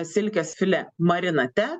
silkės filė marinate